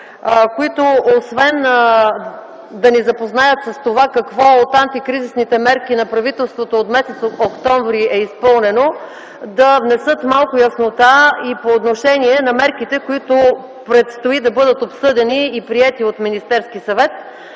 които освен да ни запознаят с това какво от антикризисните мерки на правителството от м. октомври м.г. е изпълнено, да внесат малко яснота и по отношение на мерките, които предстои да бъдат обсъдени и приети от Министерския съвет.